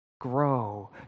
Grow